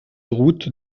route